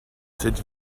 cette